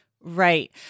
Right